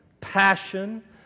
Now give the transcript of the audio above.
passion